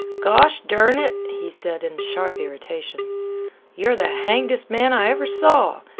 gosh-dern it! he said in sharp irritation you're the hangdest man i ever saw!